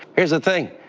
here's the thing,